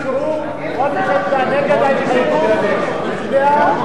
אדוני היושב-ראש, אני חושב,